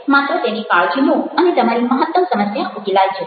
માત્ર તેની કાળજી લો અને તમારી મહત્તમ સમસ્યા ઉકેલાઈ જશે